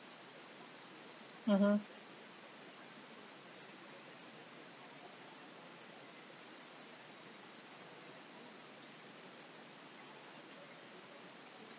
mmhmm